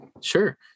sure